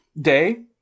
day